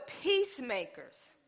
peacemakers